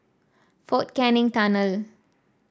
Fort Canning Tunnel